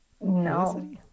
No